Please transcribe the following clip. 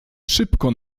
szybko